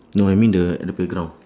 no I mean the at the playground